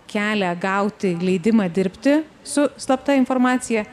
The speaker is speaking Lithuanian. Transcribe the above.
kelią gauti leidimą dirbti su slapta informacija